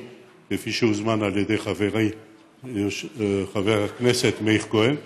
כפי שהוזמן על ידי חברי חבר הכנסת מאיר כהן,